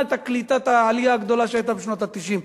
את קליטת העלייה הגדולה שהיתה בשנות ה-90.